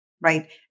right